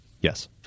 Yes